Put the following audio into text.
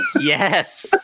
Yes